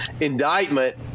indictment